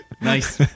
Nice